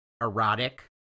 erotic